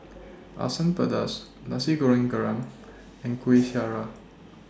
Asam Pedas Nasi Goreng Kerang and Kuih Syara